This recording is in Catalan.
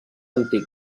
antic